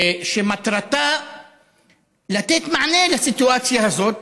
ומטרתה לתת מענה לסיטואציה הזאת.